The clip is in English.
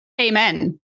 Amen